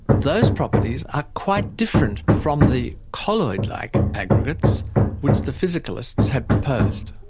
those properties are quite different from the colloid-like aggregates which the physicalists have proposed.